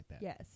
Yes